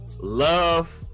love